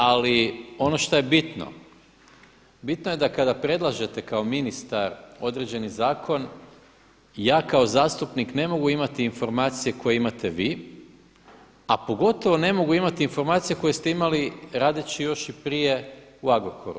Ali ono što je bitno, bitno je da kada predlažete kao ministar određeni zakon i ja kao zastupnik ne mogu imati informacije koje imate vi a pogotovo ne mogu imati informacije koje ste imali radeći još i prije u Agrokoru.